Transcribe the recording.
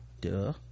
Duh